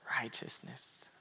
righteousness